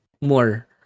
more